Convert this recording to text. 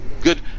good